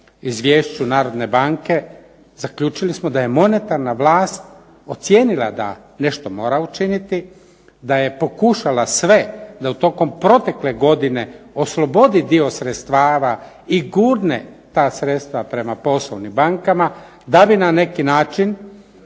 Izvješću Narodne banke zaključili smo da je monetarna vlast ocijenila da nešto mora učiniti, da je pokušala sve da tokom protekle godine oslobodi dio sredstava i gurne ta sredstva prema poslovnim bankama, da bi na neki način